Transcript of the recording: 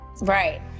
right